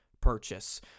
purchase